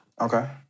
Okay